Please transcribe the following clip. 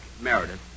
Meredith